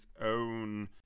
own